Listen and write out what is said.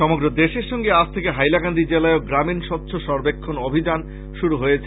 সমগ্র দেশের সঙ্গে আজ থেকে হাইলাকান্দি জেলায়ও গ্রামীন স্বচ্ছ সর্বেক্ষন অভিযান শুরু হয়েছে